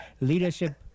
Leadership